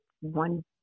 one